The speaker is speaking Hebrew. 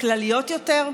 כלליות יותר?